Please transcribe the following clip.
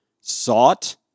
sought